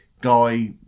guy